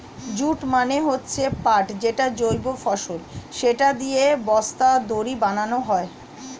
jute মানে হচ্ছে পাট যেটা জৈব ফসল, সেটা দিয়ে বস্তা, দড়ি বানানো হয়